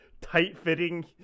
tight-fitting